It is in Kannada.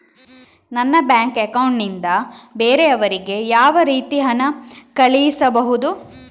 ನನ್ನ ಬ್ಯಾಂಕ್ ಅಕೌಂಟ್ ನಿಂದ ಬೇರೆಯವರಿಗೆ ಯಾವ ರೀತಿ ಹಣ ಕಳಿಸಬಹುದು?